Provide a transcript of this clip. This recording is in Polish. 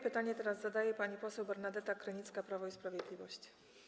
Pytanie teraz zadaje pani poseł Bernadeta Krynicka, Prawo i Sprawiedliwość.